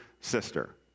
sister